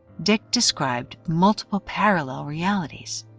dick described multiple parallel realities.